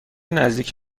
نزدیک